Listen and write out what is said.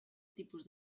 tipus